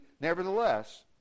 Nevertheless